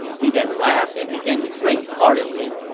he then laughed and began to drink heartily.